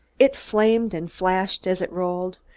it flamed and flashed as it rolled,